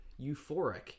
euphoric